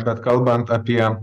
bet kalbant apie